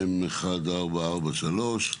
מ/1443,